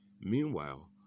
Meanwhile